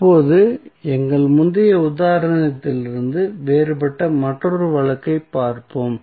இப்போது எங்கள் முந்தைய உதாரணத்திலிருந்து வேறுபட்ட மற்றொரு வழக்கைப் பார்ப்போம்